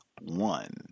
one